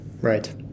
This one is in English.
Right